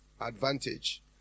advantage